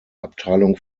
abteilung